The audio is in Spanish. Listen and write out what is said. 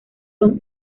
son